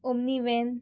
omni van